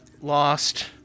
lost